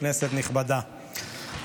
כנסת נכבדה,